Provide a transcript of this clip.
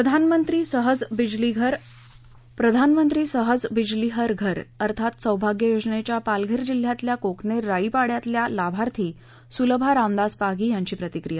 प्रधानमंत्री सहज बिजली हर घर अर्थात सौभाग्य योजनेच्या पालघर जिल्ह्यातल्या कोकनेर राई पाङ्यातल्या लाभार्थी सुलभा रामदास पागी यांची प्रतिक्रिया